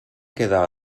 queda